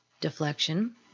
deflection